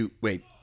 Wait